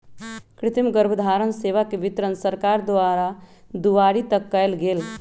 कृतिम गर्भधारण सेवा के वितरण सरकार द्वारा दुआरी तक कएल गेल